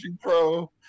Pro